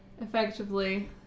effectively